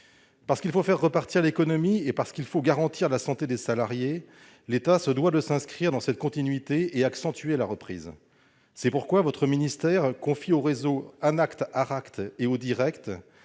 Parce qu'il faut faire repartir l'économie et parce qu'il faut garantir la santé des salariés, l'État se doit de s'inscrire dans cette continuité et d'accentuer la reprise. C'est pourquoi votre ministère confie au réseau Anact-Aract (Association